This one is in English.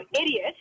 idiot